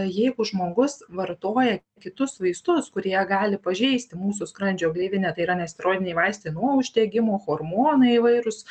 jeigu žmogus vartoja kitus vaistus kurie gali pažeisti mūsų skrandžio gleivinę tai yra nesteroidiniai vaistai nuo uždegimo hormonai įvairūs